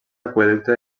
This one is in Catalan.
aqüeducte